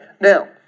now